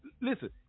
Listen